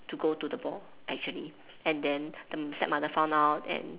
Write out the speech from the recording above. to go to the ball actually and then the stepmother found out and